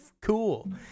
cool